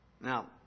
Now